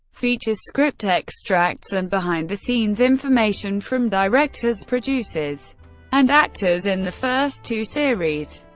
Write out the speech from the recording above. features script extracts and behind-the-scenes information from directors, producers and actors in the first two series.